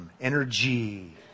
energy